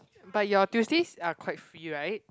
but your Tuesdays are quite free right